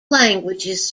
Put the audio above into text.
languages